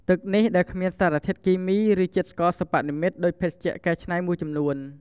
ទឹកនេះដែលគ្មានសារធាតុគីមី ឬជាតិស្ករសិប្បនិមិត្តដូចភេសជ្ជៈកែច្នៃមួយចំនួន។